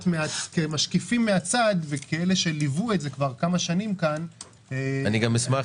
כמשקיפים מהצד וכאלה שליוו את זה כמה שנים כאן- -- אשמח